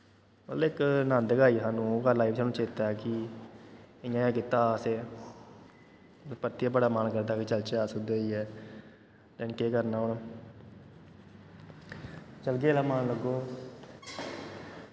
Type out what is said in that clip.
लेकिन नन्द गै आई सानूं ओह् गल्ल सानू अज्ज बी चेता कि इ'यां इ'यां कीता हा असें परतियै बड़ा मन करदा कि चलचै अस उद्धर लेकिन केह् करना हून चलगे जेल्लै मन लग्गग